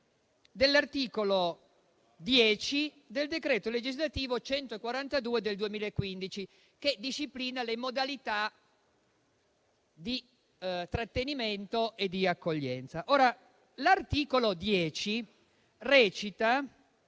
dell'articolo 10 del decreto legislativo n. 142 del 2015, che disciplina le modalità di trattenimento e di accoglienza. L'articolo 10,